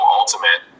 ultimate